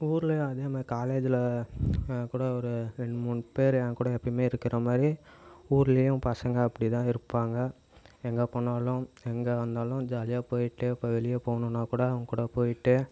ஊர்லயும் அதே மாதிரி காலேஜில் கூட ஒரு ரெண்டு மூணு பேரு எங்கூடயே எப்பயுமே இருக்கிற மாதிரி ஊர்லயும் பசங்கள் அப்படிதான் இருப்பாங்க எங்கே போனாலும் எங்கே வந்தாலும் ஜாலியாக போய்ட்டு இப்போ வெளியே போகணுன்னா கூட அவங்க கூட போய்ட்டு